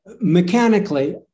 mechanically